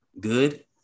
Good